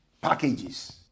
packages